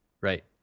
right